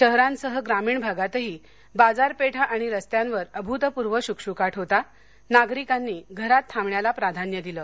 शहरांसह ग्रामीण भागातही बाजारपेठा आणि रस्त्यांवर अभूतपूर्व शुकशुकाट होता नागरिकांनी घरात थांबण्याला प्राधान्य दिलं